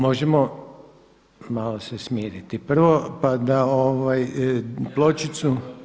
Možemo malo se smiriti prvo pa da, pločicu.